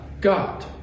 God